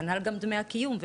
כנ"ל גם דמי הקיום.